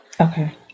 Okay